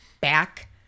back